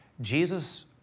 Jesus